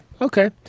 okay